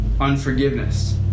Unforgiveness